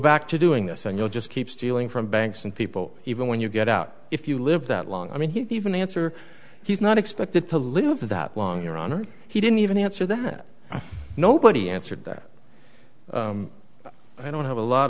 back to doing this and you'll just keep stealing from banks and people even when you get out if you live that long i mean he even answer he's not expected to live that long your honor he didn't even answer that nobody answered that i don't have a lot